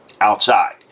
outside